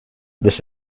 this